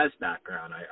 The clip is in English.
background